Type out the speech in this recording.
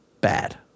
bad